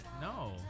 No